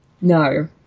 No